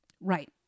Right